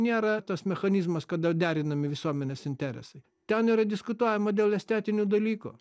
nėra tas mechanizmas kada derinami visuomenės interesai ten yra diskutuojama dėl estetinių dalykų